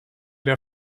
der